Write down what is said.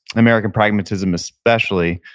american pragmatism especially,